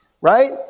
right